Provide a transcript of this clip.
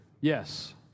Yes